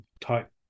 type